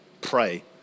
pray